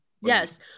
Yes